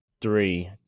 three